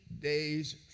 days